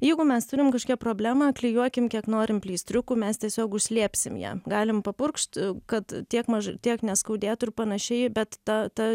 jeigu mes turim kažkokią problemą klijuokim kiek norim pleistriukų mes tiesiog užslėpsim ją galim papurkšt kad tiek maž tiek neskaudėtų ir panašiai bet ta ta